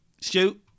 Stu